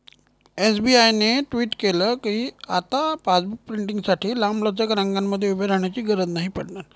SBI ने tweet केल कीआता पासबुक प्रिंटींगसाठी लांबलचक रंगांमध्ये उभे राहण्याची गरज नाही पडणार